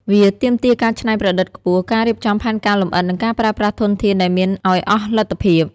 វាទាមទារការច្នៃប្រឌិតខ្ពស់ ការរៀបចំផែនការលម្អិត និងការប្រើប្រាស់ធនធានដែលមានឱ្យអស់លទ្ធភាព។